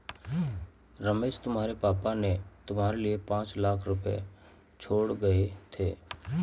रमेश तुम्हारे पापा ने तुम्हारे लिए पांच लाख रुपए छोड़े गए थे